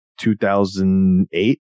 2008